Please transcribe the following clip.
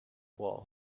wall